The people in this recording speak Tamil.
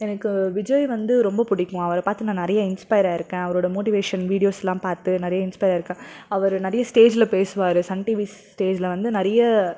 எனக்கு விஜய் வந்து ரொம்ப பிடிக்கும் அவர பார்த்து நான் நிறைய இன்ஸ்பையர் ஆயிருக்கேன் அவரோட மோட்டிவேஷன் வீடியோஸ்லாம் பார்த்து நிறைய இன்ஸ்பையர் ஆயிருக்கேன் அவரு நிறைய ஸ்டேஜில் பேசுவார் சன் டீவி ஸ்டேஜில் வந்து நிறைய